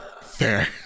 fair